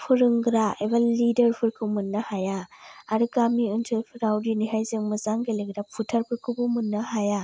फोरोंग्रा एबा लिडार फोरखौ मोननो हाया आरो गामि ओनसोलफोराव दिनैहाय जों मोजां गेलेग्रा फोथारफोरखौबो मोननो हाया